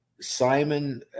Simon